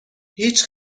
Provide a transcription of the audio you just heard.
هیچ